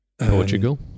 Portugal